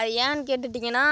அது ஏன்னு கேட்டுட்டீங்கன்னா